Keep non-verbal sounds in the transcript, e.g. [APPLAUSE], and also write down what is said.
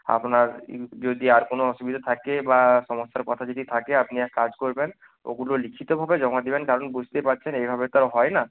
আপনার [UNINTELLIGIBLE] যদি আর কোনো অসুবিধা থাকে বা সমস্যার কথা যদি থাকে আপনি এক কাজ করবেন ওগুলো লিখিতভাবে জমা দেবেন কারণ বুঝতেই পারছেন এভাবে তো আর হয় না